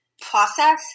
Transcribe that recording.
process